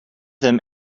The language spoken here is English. them